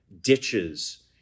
ditches